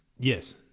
Yes